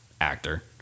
actor